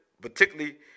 particularly